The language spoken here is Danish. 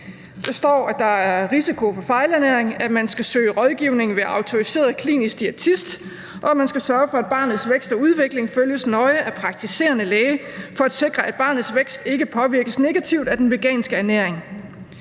Der står, at der er risiko for fejlernæring, at man skal søge rådgivning ved en autoriseret klinisk diætist, og at man skal sørge for, at barnets vækst og udvikling følges nøje af en praktiserende læge for at sikre, at barnets vækst ikke påvirkes negativt af den veganske ernæring.